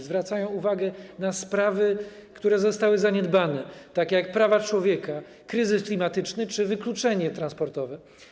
Zwracają uwagę na sprawy, które zostały zaniedbane, takie jak prawa człowieka, kryzys klimatyczny czy wykluczenie transportowe.